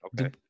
Okay